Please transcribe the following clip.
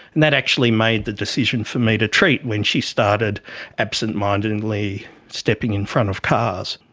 and that actually made the decision for me to treat when she started absentmindedly stepping in front of cars.